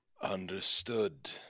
Understood